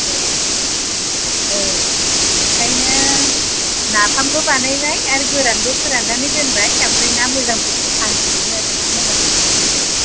औ औ ओंखायनो नाफामबो बानायबाय आरो गोरानबो फोरान्नानै दोनबाय ओमफ्राय ना मोजांफोरखौ फानहैदों आरो ना मोजां मोननायफोरखौ